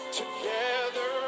together